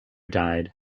died